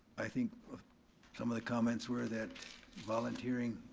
i think some of the comments were that volunteering